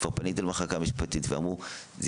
כבר פניתי למחלקה המשפטית ואמרו: זה